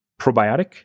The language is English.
probiotic